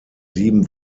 sieben